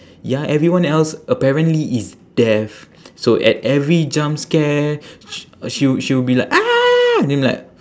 ya everyone else apparently is deaf so at every jump scare sh~ she she will be like then I'm like